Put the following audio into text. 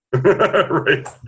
right